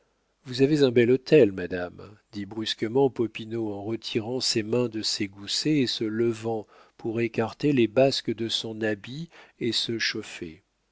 vous avez un bel hôtel madame dit brusquement popinot en retirant ses mains de ses goussets et se levant pour écarter les basques de son habit et se chauffer